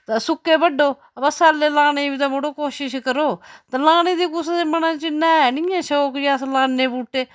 तां सुक्के बड्डो अवा सैल्ले लाने दी बी ते मड़ो कोशिश करो ते लाने दी कुसै दे मनै च इ'न्ना ऐ नी ऐ शौक कि अस लाने बूह्टे